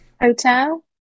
hotel